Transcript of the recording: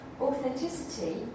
Authenticity